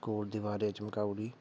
school दिवारे च लाऊड़ी